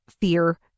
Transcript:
fear